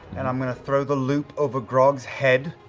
and i'm going to throw the loop over grog's head